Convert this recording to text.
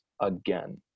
again